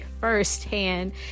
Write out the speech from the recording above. firsthand